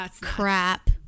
crap